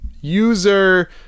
user